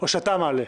או אתה מעלה.